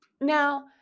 now